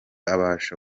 abasha